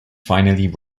finally